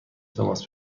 تماس